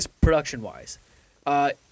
production-wise